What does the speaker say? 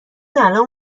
الان